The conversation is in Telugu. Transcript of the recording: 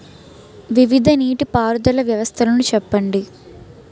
వివిధ నీటి పారుదల వ్యవస్థలను చెప్పండి?